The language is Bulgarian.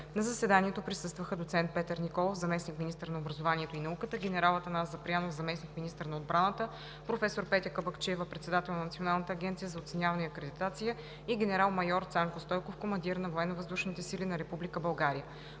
На заседанието присъстваха: доцент Петър Николов – заместник-министър на образованието и науката, генерал Атанас Запрянов – заместник-министър на отбраната, професор Петя Кабакчиева – председател на Националната агенция за оценяване и акредитация, и генерал-майор Цанко Стойков – командир на